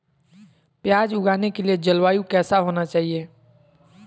प्याज उगाने के लिए जलवायु कैसा होना चाहिए?